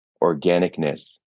organicness